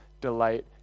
delight